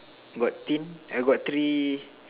got thin eh I got three